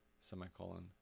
semicolon